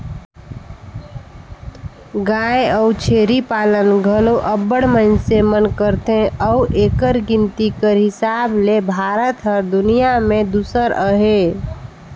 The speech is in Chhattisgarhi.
गाय अउ छेरी पालन घलो अब्बड़ मइनसे मन करथे अउ एकर गिनती कर हिसाब ले भारत हर दुनियां में दूसर अहे